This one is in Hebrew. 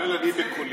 כולל אני בקולי,